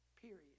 Period